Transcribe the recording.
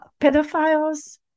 pedophiles